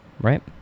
right